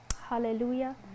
Hallelujah